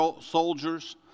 soldiers